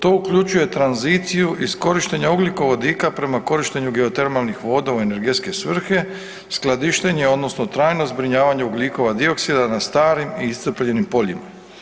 To uključuje tranziciju iskorištenja ugljikovodika prema korištenju geotermalnih voda u energetske svrhe, skladištenje odnosno trajno zbrinjavanje ugljikova dioksida na starim i iscrpljenim poljima.